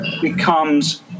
becomes